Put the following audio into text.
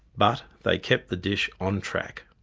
but they kept the dish on track.